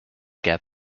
gap